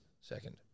second